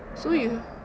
so you